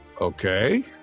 Okay